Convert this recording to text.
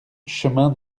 chemin